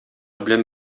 белән